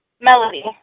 Melody